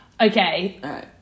Okay